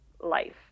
life